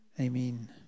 Amen